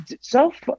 self